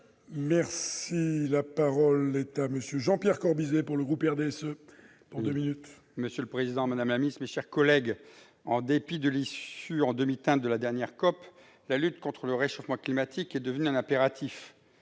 La parole est à M. Jean-Pierre Corbisez. Monsieur le président, madame la ministre, mes chers collègues, en dépit de l'issue en demi-teinte de la dernière COP, la lutte contre le réchauffement climatique est devenue un impératif.